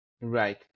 Right